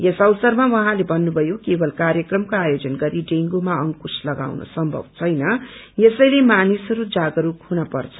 यस अवसरमा उहाँले भन्नुभयो केवल कार्यक्रमको आयोजन गरी डेगूमा अंकुश लगाउन सम्भव छैन यसैले मानिसहरू जागरूक हुन पर्छ